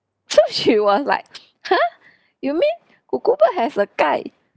so she was like !huh! you mean kuku bird has a gai